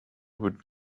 would